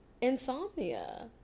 Insomnia